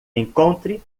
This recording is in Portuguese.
encontre